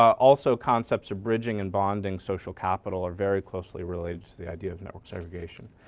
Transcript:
also concepts of bridging and bonding social capital are very closely related to the idea of network segregation.